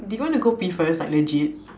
do you wanna go pee first like legit